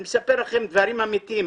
אני מספר לכם דברים אמיתיים.